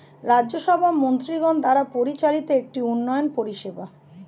রাজ্য সভা মন্ত্রীগণ দ্বারা পরিচালিত একটি উন্নয়ন পরিষেবা